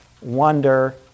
wonder